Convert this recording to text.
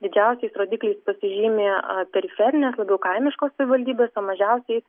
didžiausiais rodikliais pasižymi a periferinės labiau kaimiškos savivaldybės o mažiausiai